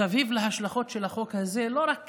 מסביב להשלכות של החוק הזה, לא רק